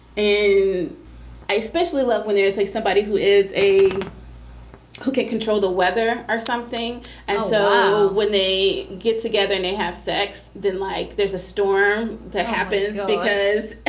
i especially love when there's like somebody who is a who can't control the weather or something and so when they get together and they have sex then like there's a storm that happens because,